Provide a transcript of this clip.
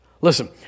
Listen